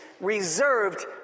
reserved